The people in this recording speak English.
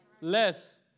less